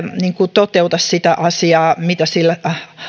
toteuta sitä asiaa mitä sillä